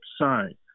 sign